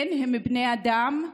כן, הם בני אדם.